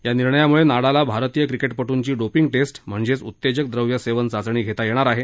या निर्णयामुळे नाडाला भारतीय क्रिकेटपटूंची डोपिंग टेस्ट म्हणजेच उत्तेजक द्रव्य सेवन चाचणी घेता येणार आहे